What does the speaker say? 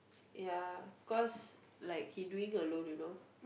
ya cause like he doing alone you know